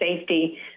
safety